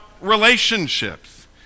relationships